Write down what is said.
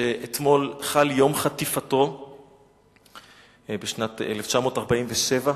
שאתמול יום חטיפתו בשנת 1947,